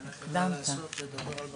אבל אני מבקשת פיקוח על הדבר הזה.